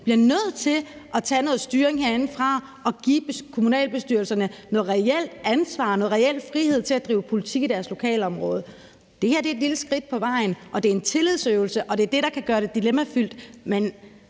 bliver nødt til at tage noget styring herindefra og give kommunalbestyrelserne noget reelt ansvar og noget reel frihed til at drive politik i deres lokalområde. Det her er et lille skridt på vejen, og det er en tillidsøvelse, og det er det, der kan gøre det dilemmafyldt.